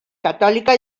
catòlica